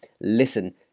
listen